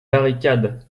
barricade